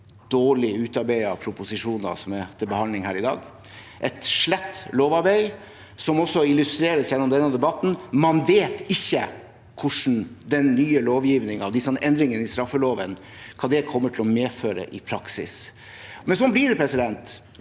dårlig utarbeidede proposisjoner som den som er til behandling her i dag. Det er et slett lovarbeid, noe som også illustreres gjennom denne debatten. Man vet ikke hva den nye lovgivningen, disse endringene i straffeloven, kommer til å medføre i praksis. Sånn blir det når